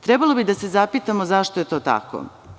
Trebalo bi da se zapitamo zašto je to tako.